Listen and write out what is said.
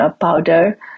powder